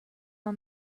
our